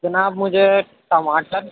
جناب مجھے ٹماٹر